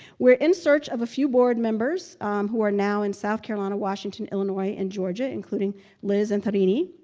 we're in search of a few board members who are now in south, carolina, washington illinois and georgia including liz and tharini.